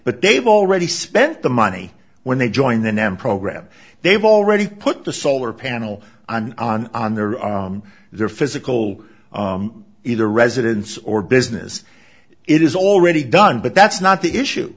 but they've already spent the money when they join the nam program they've already put the solar panel on on on their on their physical either residence or business it is already done but that's not the issue